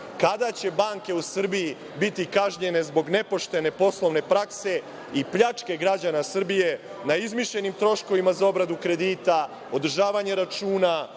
kada će banke u Srbiji biti kažnjene zbog nepoštene poslovne prakse i pljačke građana Srbije na izmišljenim troškovima za obradu kredita, održavanje računa,